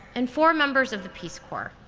and four members of the peace corps.